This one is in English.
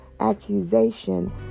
accusation